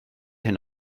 hyn